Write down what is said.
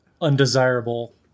undesirable